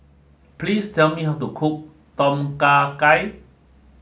please tell me how to cook Tom Kha Gai